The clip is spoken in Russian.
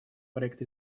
проект